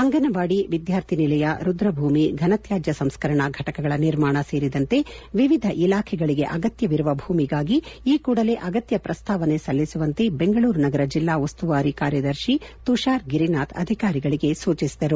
ಅಂಗನವಾಡಿ ವಿದ್ಯಾರ್ಥಿನಿಲಯ ರುದ್ರಭೂಮಿ ಫನತ್ಯಾಜ್ಯ ಸಂಸ್ಕರಣಾ ಫಟಕಗಳ ನಿರ್ಮಾಣ ಸೇರಿದಂತೆ ವಿವಿಧ ಇಲಾಖೆಗಳಿಗೆ ಅಗತ್ಯವಿರುವ ಭೂಮಿಗಾಗಿ ಈ ಕೂಡಲೇ ಅಗತ್ಯ ಪ್ರಸ್ತಾವನೆ ಸಲ್ಲಿಸುವಂತೆ ಬೆಂಗಳೂರು ನಗರ ಜಿಲ್ಲಾ ಉಸ್ತುವಾರಿ ಕಾರ್ಯದರ್ಶಿ ತುಷಾರ್ ಗಿರಿನಾಥ್ ಅಧಿಕಾರಿಗಳಿಗೆ ಸೂಚಿಸಿದರು